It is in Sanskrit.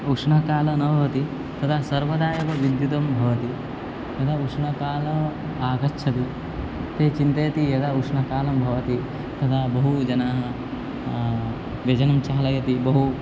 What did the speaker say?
उष्णकाल न भवति तदा सर्वदा एव विद्युत् भवति यदा उष्णकालं आगच्छति ते चिन्तयति यदा उष्णकालं भवति तदा बहु जनाः व्यजनं चालयति बहु